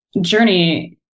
journey